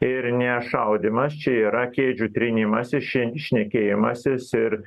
ir ne šaudymas čia yra kėdžių trynimasis šne šnekėjimasis ir